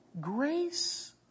Grace